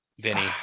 Vinny